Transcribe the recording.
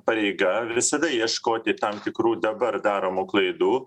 pareiga visada ieškoti tam tikrų dabar daromų klaidų